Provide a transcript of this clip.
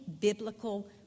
biblical